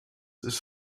ist